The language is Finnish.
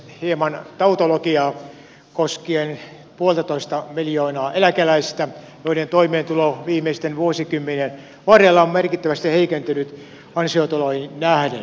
hieman tautologiaa koskien puoltatoista miljoonaa eläkeläistä joiden toimeentulo viimeisten vuosikymmenien varrella on merkittävästi heikentynyt ansiotuloihin nähden